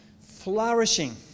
flourishing